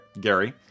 gary